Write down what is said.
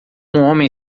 homem